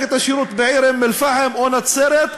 את השירות בעיר אום-אלפחם או בנצרת,